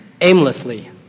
aimlessly